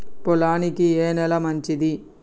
పొలానికి ఏ నేల మంచిది?